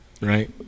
Right